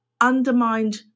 undermined